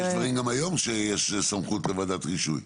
יש דברים גם היום או שיש סמכות לוועדת רישוי?